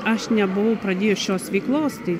aš nebuvau pradėjus šios veiklos tai